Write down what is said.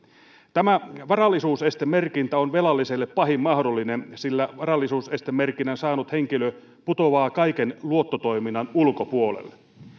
tämä varallisuuseste merkintä on velalliselle pahin mahdollinen sillä varallisuuseste merkinnän saanut henkilö putoaa kaiken luottotoiminnan ulkopuolelle